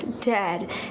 Dad